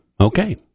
Okay